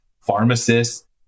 pharmacists